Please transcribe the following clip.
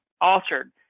altered